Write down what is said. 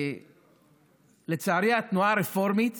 לצערי התנועה הרפורמית